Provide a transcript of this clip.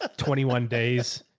ah twenty one days,